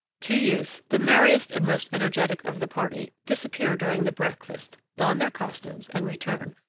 two youths the merriest and most energetic of the party disappear during the breakfast, don their costumes, and return,